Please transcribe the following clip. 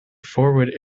forward